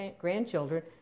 grandchildren